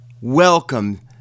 welcome